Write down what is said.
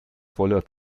voller